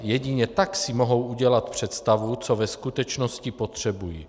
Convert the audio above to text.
Jedině tak si mohou udělat představu, co ve skutečnosti potřebují.